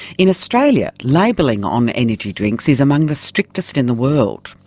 in australia, labelling on energy drinks is among the strictest in the world.